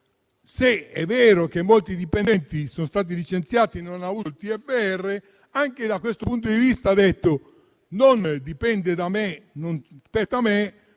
fosse vero che molti dipendenti sono stati licenziati e non hanno avuto il TFR. Anche su questo punto ha detto che non dipende e non spetta a lei,